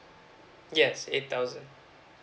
yes eight thousand